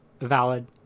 valid